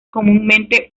comúnmente